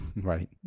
Right